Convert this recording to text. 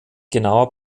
genauer